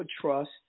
trust